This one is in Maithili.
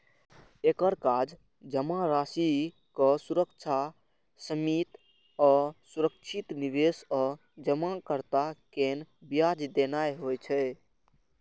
एकर काज जमाराशिक सुरक्षा, सीमित आ सुरक्षित निवेश आ जमाकर्ता कें ब्याज देनाय होइ छै